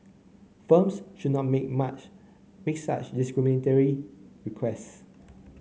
firms should not make much make such discriminatory requests